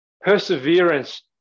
Perseverance